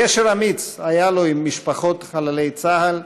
קשר אמיץ היה לו עם משפחות חללי צה"ל,